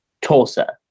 Tulsa